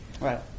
Right